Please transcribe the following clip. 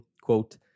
quote